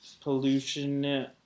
pollution